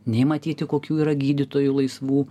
nei matyti kokių yra gydytojų laisvų